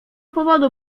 powodu